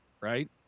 right